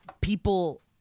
People